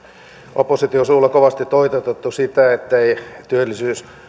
opposition suulla kovasti toitotettu sitä ettei